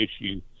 issue